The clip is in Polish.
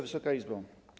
Wysoka Izbo!